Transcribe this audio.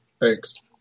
Thanks